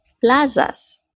plazas